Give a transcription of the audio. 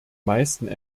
meisten